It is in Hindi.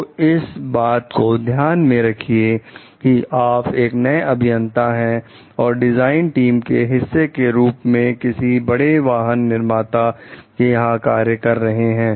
तो इस बात को ध्यान में रखिए कि आप एक नए अभियंता हैं और डिजाइन टीम के हिस्से के रूप में किसी बड़े वाहन निर्माता के यहां कार्य कर रहे हैं